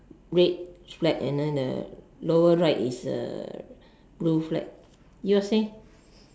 red flag and then the lower right is a blue flag yours leh